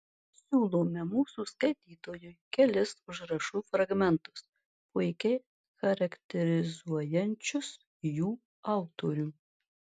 siūlome mūsų skaitytojui kelis užrašų fragmentus puikiai charakterizuojančius jų autorių